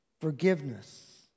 forgiveness